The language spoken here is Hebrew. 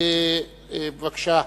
בבקשה,